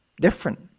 different